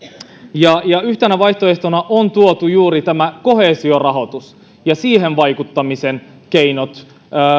yhtenä vaihtoehtona on tuotu juuri tämä koheesiorahoitus ja siihen vaikuttamisen keinot